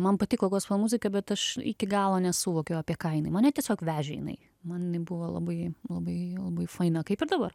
man patiko gospel muzika bet aš iki galo nesuvokiau apie ką jinai mane tiesiog vežė jinai man jinai buvo labai labai labai faina kaip ir dabar